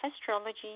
astrology